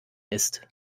ist